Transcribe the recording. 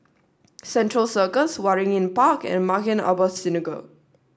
Central Circus Waringin Park and Maghain Aboth Synagogue